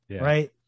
right